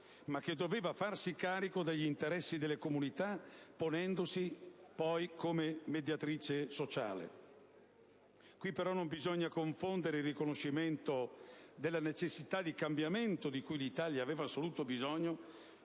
ma che doveva farsi carico degli interessi della comunità ponendosi come mediatrice sociale. Non bisogna però confondere il riconoscimento della necessità di cambiamento di cui l'Italia aveva assoluto bisogno